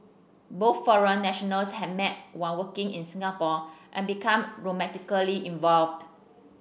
both foreign nationals had met while working in Singapore and become romantically involved